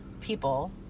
people